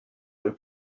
rues